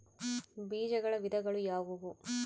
ಬೇಜಗಳ ವಿಧಗಳು ಯಾವುವು?